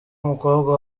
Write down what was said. umukobwa